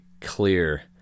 clear